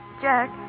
Jack